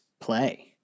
play